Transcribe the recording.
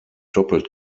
doppelt